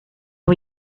are